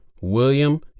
William